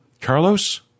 Carlos